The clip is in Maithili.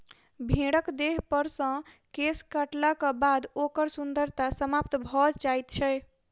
भेंड़क देहपर सॅ केश काटलाक बाद ओकर सुन्दरता समाप्त भ जाइत छै